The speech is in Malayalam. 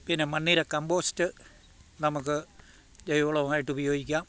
പിന്നെ മണ്ണിര കമ്പോസ്റ്റ് നമുക്ക് ജൈവ വളമായിട്ട് ഉപയോഗിക്കാം